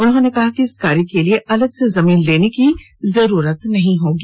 उन्होंने कहा कि इस कार्य के लिए अलग से जमीन लेने की जरूरत नहीं पड़ेगी